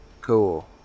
Cool